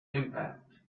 impact